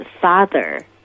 father